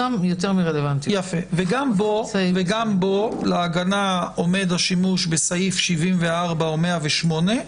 וגם בו להגנה עומד השימוש בסעיפים 74 או 108,